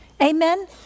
Amen